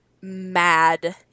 mad